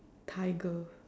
tiger